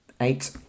Eight